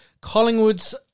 Collingwood's